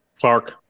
Clark